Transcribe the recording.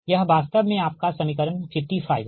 यह वास्तव में आपका समीकरण 55 है